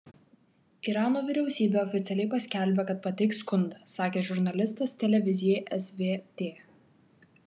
irano vyriausybė oficialiai paskelbė kad pateiks skundą sakė žurnalistas televizijai svt